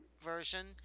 version